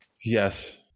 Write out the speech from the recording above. Yes